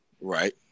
Right